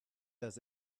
does